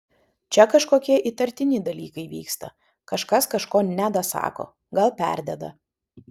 čia kažkokie įtartini dalykai vyksta kažkas kažko nedasako gal perdeda